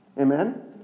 Amen